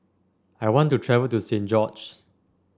I want to travel to Saint George's